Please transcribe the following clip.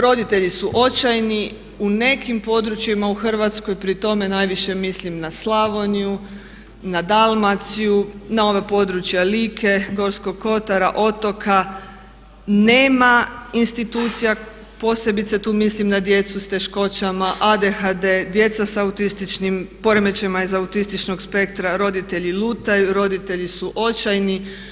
Roditelji su očajni, u nekim područjima u Hrvatskoj, pri tome najviše mislim na Slavoniju na Dalmaciju na ova područja Like, Gorskog kotara, otoka nema institucija posebice tu mislim na djecu s teškoćama, ADHD, djeca s poremećajima iz autističnog spektra, roditelji lutaju i roditelji su očajni.